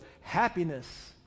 happiness